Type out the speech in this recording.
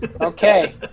Okay